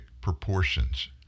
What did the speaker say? proportions